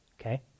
okay